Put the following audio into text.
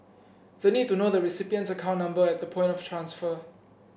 the need to know the recipient's account number at the point of transfer